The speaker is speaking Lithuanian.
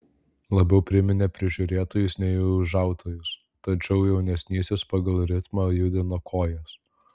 labiau priminė prižiūrėtojus nei ūžautojus tačiau jaunesnysis pagal ritmą judino kojas